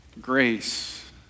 grace